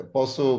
Posso